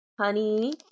honey